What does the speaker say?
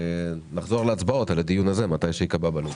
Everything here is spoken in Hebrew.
ונחזור להצבעות על הדיון הזה מתי שייקבע בלו"ז.